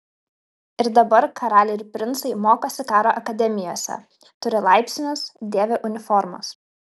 ir dabar karaliai ir princai mokosi karo akademijose turi laipsnius dėvi uniformas